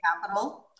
Capital